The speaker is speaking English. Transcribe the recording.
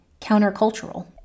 countercultural